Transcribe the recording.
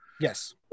Yes